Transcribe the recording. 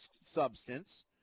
substance